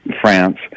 France